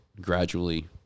gradually